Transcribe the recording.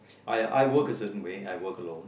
I I work a certain way I work along